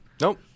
Nope